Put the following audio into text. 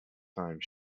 time